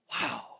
Wow